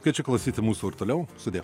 kviečiu klausyti mūsų ir toliau sudie